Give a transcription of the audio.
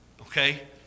Okay